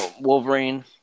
Wolverine